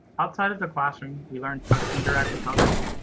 outside of the classroom, we learned how to interact with others,